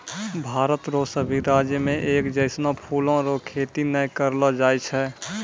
भारत रो सभी राज्य मे एक जैसनो फूलो रो खेती नै करलो जाय छै